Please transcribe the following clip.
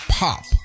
pop